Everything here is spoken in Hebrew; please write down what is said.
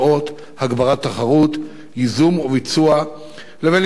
ייזום וביצוע לבין התנהלות עסקית חוקית והולמת